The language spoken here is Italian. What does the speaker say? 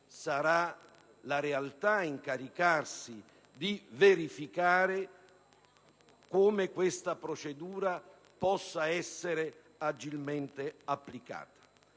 Sarà la realtà ad incaricarsi di verificare come questa procedura possa essere agilmente applicata.